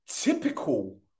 typical